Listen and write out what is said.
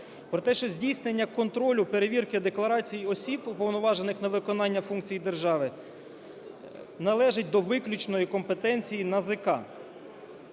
про те, що здійснення контролю перевірки декларацій осіб, уповноважених на виконання функцій держави, належить до виключної компетенції НАЗК.